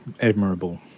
Admirable